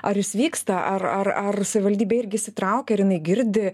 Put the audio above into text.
ar jis vyksta ar ar ar savivaldybė irgi įsitraukia ar jinai girdi